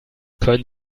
können